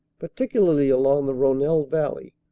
particularly along the rhonelle valley.